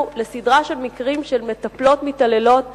לסדרה של מקרים של מטפלות שמתעללות בילדים.